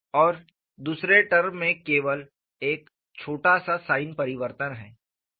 और दूसरे टर्म में केवल एक छोटा सा साइन परिवर्तन है